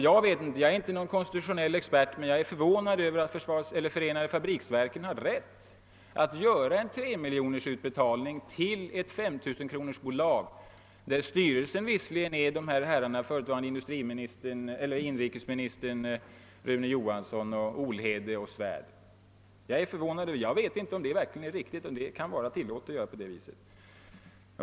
Jag är inte konstitutionell expert, så jag vet inte vad som är tillåtet, men jag är förvånad över att fabriksverket hade rätt att verkställa en utbetalning på 3 miljoner kronor till ett 5 000-kronorsbolag, låt vara att styrelsen för bolaget bestod av förutvarande inrikesministern Rune Johansson samt herrarna Olhede och Svärd. Jag är förvånad, och jag vet, som sagt, inte om det är tillåtet att förfara på det viset.